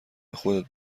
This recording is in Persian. خودت